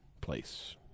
place